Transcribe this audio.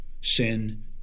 sin